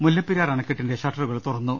മുല്ല പ്പെരിയാർ അണക്കെട്ടിന്റെ ഷട്ടറുകൾ തുറന്നു